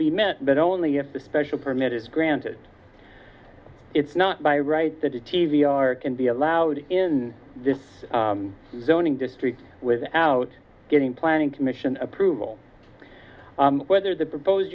be met but only if the special permit is granted it's not by right that a t v are can be allowed in this zoning district without getting planning commission approval whether the propose